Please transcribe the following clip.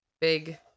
big